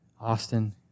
Austin